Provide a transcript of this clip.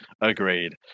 Agreed